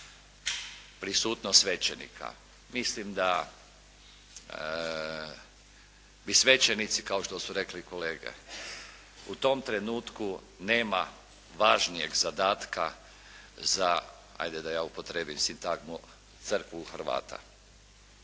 Prisutnost svećenika. Mislim da bi svećenici, kao što su rekli kolege u tom trenutku nema važnijeg zadatka za, 'ajde da ja upotrijebim sintagmu, Crkvu u Hrvata.